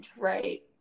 right